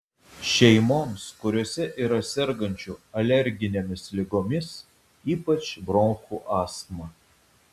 šeimoms kuriose yra sergančių alerginėmis ligomis ypač bronchų astma